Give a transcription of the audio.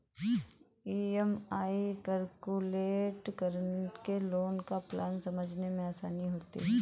EMI calculate करके loan का plan समझने में आसानी होती है